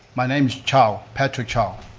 my name's chow, patrick chow.